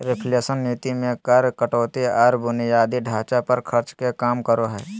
reflation नीति मे कर कटौती आर बुनियादी ढांचा पर खर्च के काम करो हय